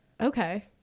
okay